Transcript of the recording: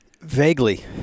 Vaguely